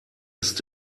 ist